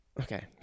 Okay